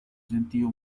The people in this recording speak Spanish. sentido